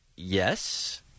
Yes